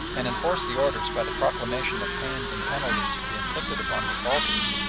and enforced the orders by the proclamation of pains and penalties to be inflicted upon defaulters,